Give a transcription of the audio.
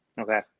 Okay